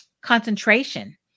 concentration